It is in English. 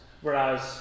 Whereas